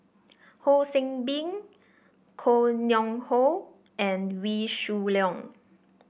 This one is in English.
Ho See Beng Koh Nguang How and Wee Shoo Leong